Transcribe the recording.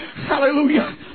Hallelujah